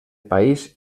país